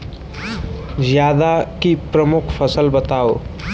जायद की प्रमुख फसल बताओ